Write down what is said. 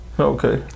Okay